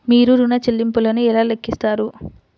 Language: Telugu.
మీరు ఋణ ల్లింపులను ఎలా లెక్కిస్తారు?